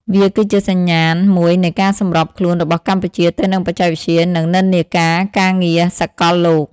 វាគឺជាសញ្ញាណមួយនៃការសម្របខ្លួនរបស់កម្ពុជាទៅនឹងបច្ចេកវិទ្យា និងនិន្នាការការងារសកលលោក។